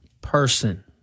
person